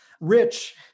Rich